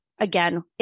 Again